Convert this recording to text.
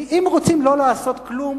אם רוצים לא לעשות כלום,